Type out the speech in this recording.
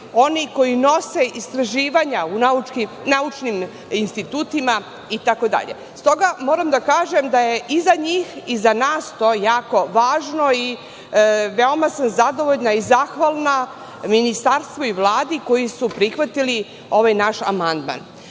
oni koji nose istraživanja u naučnim institutima itd. Stoga, moram da kažem da je i za njih i za nas to jako važno i veoma sam zadovoljna i zahvalna Ministarstvu i Vladi, koji su prihvatili ovaj naš amandman. Ono